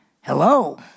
hello